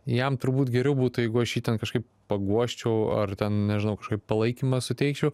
jam turbūt geriau būtų jeigu aš jį ten kažkaip paguosčiau ar ten nežinau kažkaip palaikymą suteikčiau